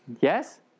Yes